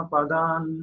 Padan